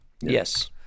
Yes